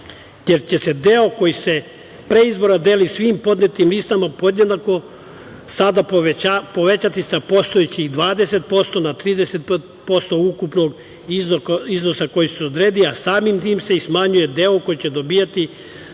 jer će se deo koji se pre izbora deli svim podnetim listama podjednako sada povećati sa postojećih 20% na 30% ukupnog iznosa koji se odredi, a samim tim se i smanjuje deo koji će dobijati